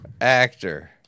Actor